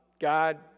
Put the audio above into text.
God